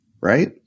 right